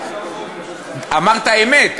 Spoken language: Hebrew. אמרת אמת,